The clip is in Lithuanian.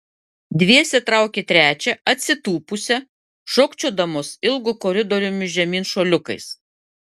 dviese traukė trečią atsitūpusią šokčiodamos ilgu koridoriumi žemyn šuoliukais